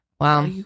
Wow